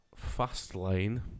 Fastlane